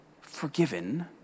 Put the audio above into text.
forgiven